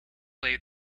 played